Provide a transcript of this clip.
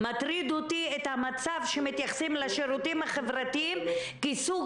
מטריד אותי המצב שמתייחסים לשירותים החברתיים כסוג